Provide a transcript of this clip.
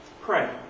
Pray